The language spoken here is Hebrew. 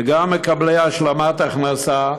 וגם מקבלי השלמת הכנסה,